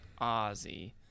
Ozzy